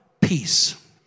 Peace